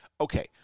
okay